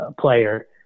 player